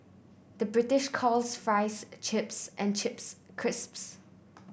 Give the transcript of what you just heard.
the British calls fries chips and chips crisps